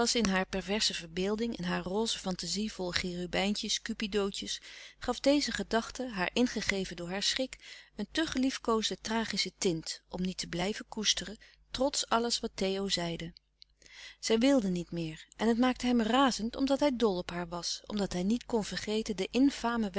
in hare perverse verbeelding in hare roze fantazie vol cherubijntjes cupidootjes gaf deze gedachte haar ingegeven door haar schrik een te geliefkoosde tragische tint om niet te blijven koesteren trots alles wat theo zeide zij wilde niet meer en het maakte hem razend omdat hij dol op haar was omdat hij niet kon vergeten den